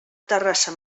terrassa